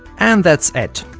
and that's it.